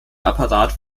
apparat